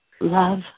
Love